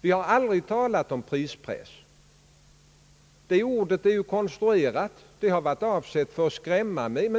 Vi har aldrig talat om prispress. Detta ord är konstruerat och har varit avsett att användas i avskräckande syfte.